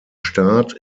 start